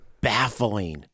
baffling